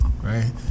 right